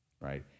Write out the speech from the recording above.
right